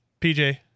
PJ